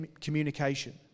communication